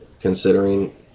considering